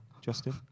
Justin